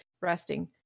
resting